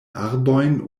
arbojn